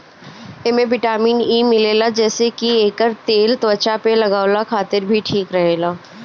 एमे vitamin E मिलेला जेसे की एकर तेल त्वचा पे लगवला खातिर भी ठीक रहेला